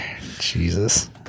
Jesus